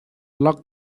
log